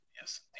yes